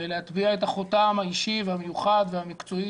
ולהטביע את החותם האישי והמיוחד והמקצועי